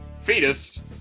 fetus